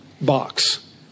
box